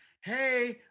Hey